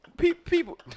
People